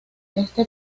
este